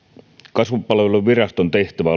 kasvupalveluviraston tehtävä